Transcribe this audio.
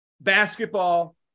basketball